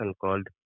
called